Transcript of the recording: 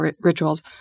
rituals